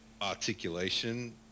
articulation